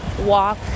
walk